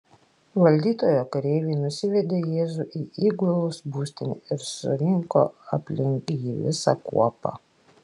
valdytojo kareiviai nusivedė jėzų į įgulos būstinę ir surinko aplink jį visą kuopą